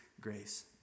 grace